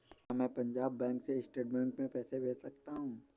क्या मैं पंजाब बैंक से स्टेट बैंक में पैसे भेज सकता हूँ?